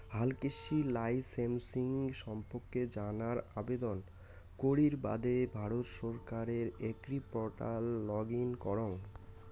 হালকৃষি লাইসেমসিং সম্পর্কে জানার আবেদন করির বাদে ভারত সরকারের এগ্রিপোর্টাল লগ ইন করঙ